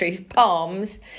palms